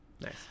Nice